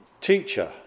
teacher